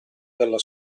dalla